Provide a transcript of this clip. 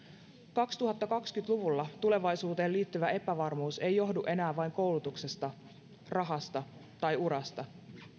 kaksituhattakaksikymmentä luvulla tulevaisuuteen liittyvä epävarmuus ei johdu enää vain koulutuksesta rahasta tai urasta